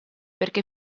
perché